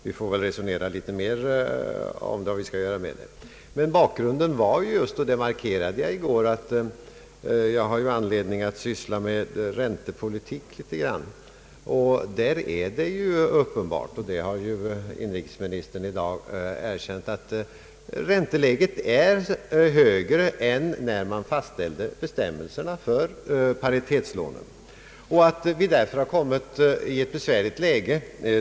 Vi får väl resonera litet mer om vad vi skall göra med detta. Jag har ju anledning att något syssla med räntepolitik, och bakgrunden var just, vilket jag markerade i går, att det är uppenbart — och det har ju inrikesministern i dag erkänt — att ränteläget är högre än när man fastställde bestämmelserna för paritetslånen. Vi har därför kommit i ett besvärligt läge.